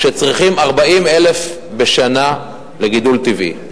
כשצריכים 40,000 בשנה לגידול טבעי.